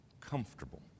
comfortable